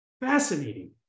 fascinating